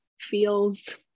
feels